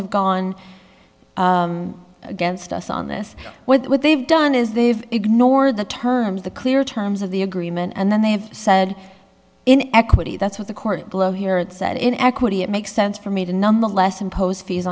have gone against us on this what they've done is they've ignored the terms the clear terms of the agreement and then they have said in equity that's what the court below here that said in equity it makes sense for me to nonetheless impose fees